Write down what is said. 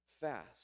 fast